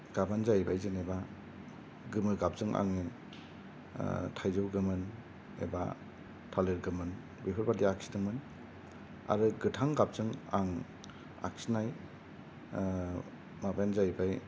गाबानो जाहैबाय जेनेबा गोमो गाबजों आं थाइजौ गोमोन एबा थालिर गोमोन बेफोरबादि आखिदोंमोन आरो गोथां गाबजों आं आखिनाय माबायानो जाहैबाय